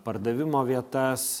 pardavimo vietas